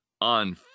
on